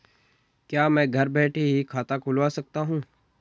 क्या मैं घर बैठे ही खाता खुलवा सकता हूँ?